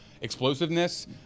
explosiveness